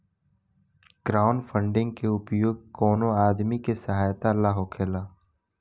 crowdfunding के उपयोग कवनो आदमी के सहायता ला होखेला